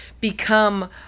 become